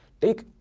Take